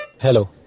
Hello